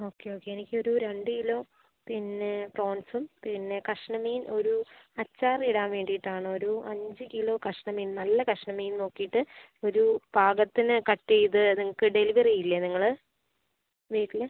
okay okay എനിക്കൊരു രണ്ട് kilo പിന്നെ പ്രോൺസും പിന്നെ കഷ്ണം മീൻ ഒരു അച്ചാറിടാൻ വേണ്ടീട്ടാണ് ഒരു അഞ്ച് കിലോ കഷ്ണം മീൻ നല്ല കഷ്ണം മീൻ നോക്കീട്ട് ഒരു പാകത്തിന് കട്ട് ചെയ്ത് അത് നിങ്ങൾക്ക് ഡെലിവെറി ഇല്ലേ നിങ്ങൾ വീട്ടിൽ